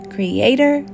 Creator